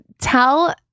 Tell